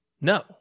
No